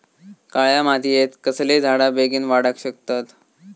काळ्या मातयेत कसले झाडा बेगीन वाडाक शकतत?